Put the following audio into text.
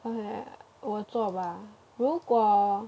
okay 我做吧如果:wo zuoba ru guo